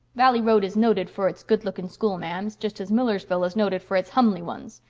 valley road is noted for its good-looking schoolma'ams, just as millersville is noted for its humly ones.